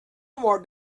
more